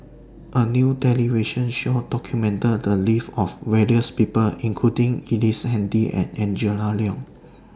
A New television Show documented The Lives of various People including Ellice Handy and Angela Liong